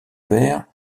père